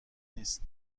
نیست